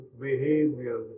behavior